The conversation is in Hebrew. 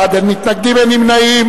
28 בעד, אין מתנגדים ואין נמנעים.